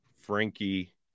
Frankie